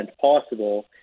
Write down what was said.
possible